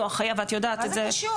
ואת יודעת את זה,